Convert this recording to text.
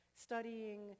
studying